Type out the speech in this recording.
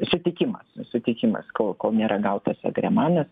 sutikimas sutikimas kol kol nėra gautas agremanas